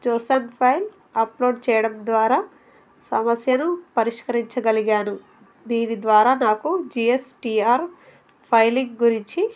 chosen file upload చేయడం ద్వారా సమస్యను పరిష్కరించగలిగాను దీని ద్వారా నాకు జిఎస్టిఆర్ ఫైలింగ్ గురించి